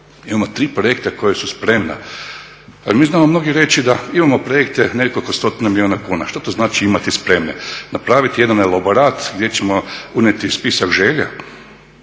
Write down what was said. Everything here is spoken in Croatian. Imamo ti projekta koja su spremna, ali mi znamo mnogi reći da imamo projekte nekoliko stotina milijuna kuna. što to znači imati spremne? Napraviti jedan elaborat gdje ćemo unijeti spisak želja?